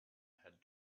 had